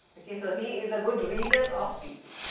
ok, so he is a good reader of people.